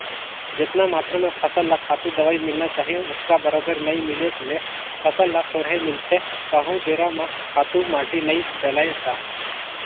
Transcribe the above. जेतना मातरा में फसल ल खातू, दवई मिलना चाही ओतका बरोबर नइ मिले ले फसल ल थोरहें मिलथे कहूं बेरा म खातू माटी नइ डलय ता